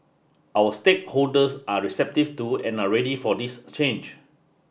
our stakeholders are receptive to and are ready for this change